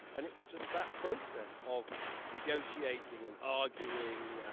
and it was just that process of negotiating and arguing,